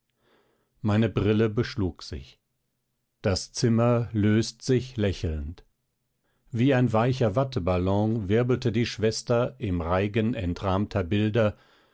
meine brille beschlug sich das zimmer löst sich lächelnd wie ein weicher watteballon wirbelte die schwester im reigen entrahmter bilder